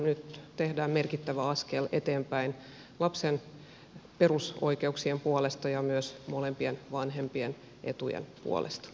nyt tehdään merkittävä askel eteenpäin lapsen perusoikeuksien puolesta ja myös molempien vanhempien etujen puolesta